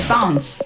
Bounce